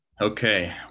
okay